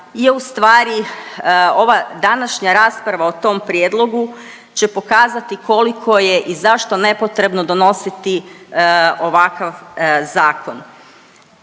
ustvari, ova današnja rasprava o tom prijedlogu će pokazati koliko je i zašto nepotrebno donositi ovakav zakon.